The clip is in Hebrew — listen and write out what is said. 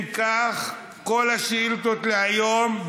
כל השאילתות להיום,